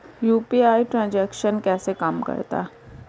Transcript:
UPI transaction कैसे काम करता है?